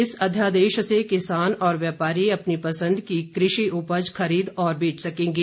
इस अध्यादेश से किसान और व्यापारी अपनी पसंद की कृषि उपज खरीद और बेच सकेंगे